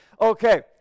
Okay